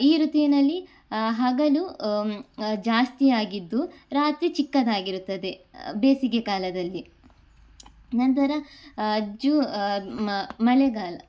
ಈ ಋತುವಿನಲ್ಲಿ ಹಗಲು ಜಾಸ್ತಿಯಾಗಿದ್ದು ರಾತ್ರಿ ಚಿಕ್ಕದಾಗಿರುತ್ತದೆ ಬೇಸಿಗೆ ಕಾಲದಲ್ಲಿ ನಂತರ ಜು ಮಳೆಗಾಲ